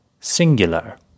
Singular